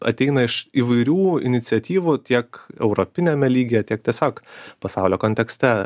ateina iš įvairių iniciatyvų tiek europiniame lygyje tiek tiesiog pasaulio kontekste